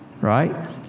right